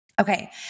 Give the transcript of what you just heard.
Okay